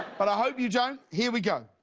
but i hope you don't. here we go.